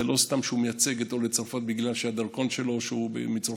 זה לא סתם שהוא מייצג את עולי צרפת בגלל שהדרכון שלו הוא מצרפת,